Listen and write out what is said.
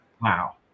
Wow